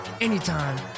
anytime